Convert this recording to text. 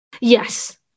Yes